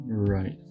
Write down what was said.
right